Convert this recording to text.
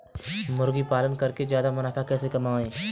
मुर्गी पालन करके ज्यादा मुनाफा कैसे कमाएँ?